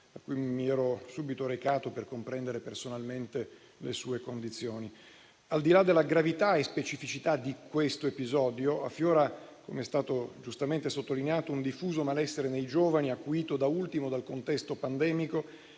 da cui mi ero subito recato per comprenderne personalmente le condizioni. Al di là della gravità e specificità di questo episodio, affiora - com'è stato giustamente sottolineato - un diffuso malessere nei giovani, acuito da ultimo dal contesto pandemico